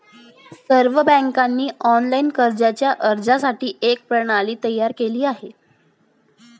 सर्व बँकांनी ऑनलाइन कर्जाच्या अर्जासाठी एक प्रणाली तयार केली आहे